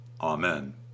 Amen